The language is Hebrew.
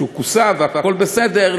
שכוסה והכול בסדר,